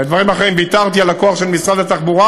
בדברים אחרים ויתרתי על הכוח של משרד התחבורה